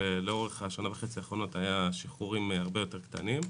ולאורך השנה וחצי האחרונות היו שחרורים הרבה יותר קטנים.